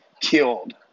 killed